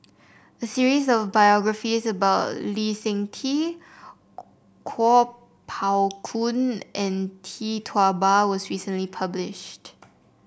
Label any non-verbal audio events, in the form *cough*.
a series of biographies about Lee Seng Tee *unintelligible* Kuo Pao Kun and Tee Tua Ba was recently published